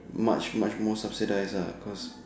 much much more subsidised lah cause